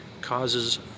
causes